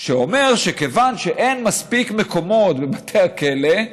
שאומר שכיוון שאין מספיק מקומות בבתי הכלא,